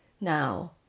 Now